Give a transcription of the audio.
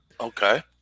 Okay